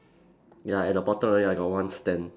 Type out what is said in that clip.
ya at the bottom of it I got one stand